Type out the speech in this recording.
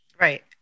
right